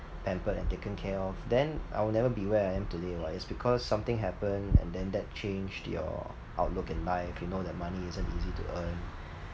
pampered and taken care of then I'll never be where I am today [what] it's because something happened and then that changed your outlook in life you know that money isn't easy to earn